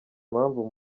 impamvu